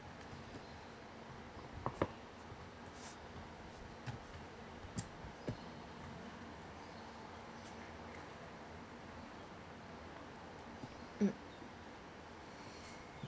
mm